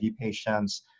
patients